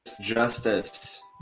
justice